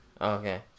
okay